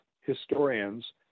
historians